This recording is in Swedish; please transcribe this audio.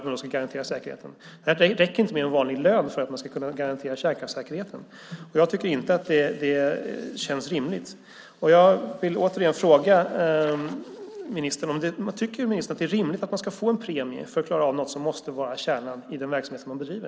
Det räcker inte med en vanlig lön. Det känns inte rimligt. Tycker ministern att det är rimligt att man ska få en premie för att klara av något som måste vara kärnan i den verksamhet man bedriver?